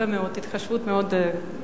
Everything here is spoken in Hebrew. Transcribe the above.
יפה מאוד, התחשבות מאוד חשובה.